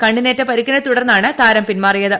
കണ്ണിനേറ്റ പരിക്കിനെ തുടർന്നാണ് താരം പിന്മാറിയത്